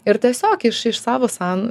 ir tiesiog iš savo san